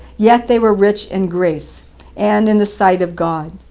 yet they were rich in grace and in the sight of god.